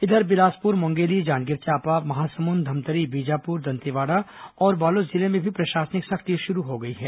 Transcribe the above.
इधर बिलासपुर मुंगेली जांजगीर चांपा महासमुंद धमतरी बीजापुर दंतेवाड़ा और बालोद जिले में भी प्रशासनिक सख्ती शुरू हो गई है